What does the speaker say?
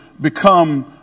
become